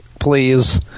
please